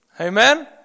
Amen